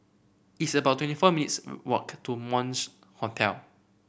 it's about twenty four minutes' walk to Hostel